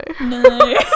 No